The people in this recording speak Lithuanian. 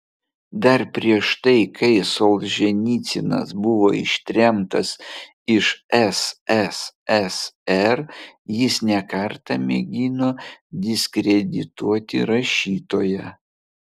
dar prieš tai kai solženicynas buvo ištremtas iš sssr jis ne kartą mėgino diskredituoti rašytoją